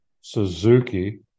Suzuki